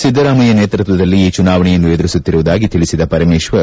ಸಿದ್ಧರಾಮಯ್ಯ ನೇತ್ಪತ್ತದಲ್ಲಿ ಈ ಚುನಾವಣೆಯನ್ನು ಎದುರುಸುತ್ತಿರುವುದಾಗಿ ತಿಳಿಸಿದ ಪರಮೇಶ್ವರ್